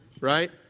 right